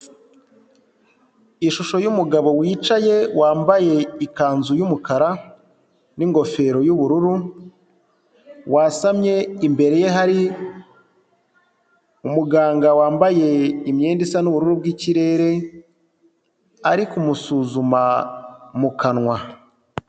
Ishusho y'umugabo wicaye wambaye ikanzu y'umukara n'ingofero y'ubururu, wasamye imbere ye hari umuganga wambaye imyenda isa n'ubururu bw'ikirere, ari kumusuzuma mu kanwa.